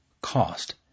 cost